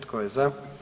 Tko je za?